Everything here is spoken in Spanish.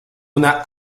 una